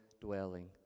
dwelling